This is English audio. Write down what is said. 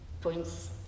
points